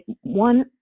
one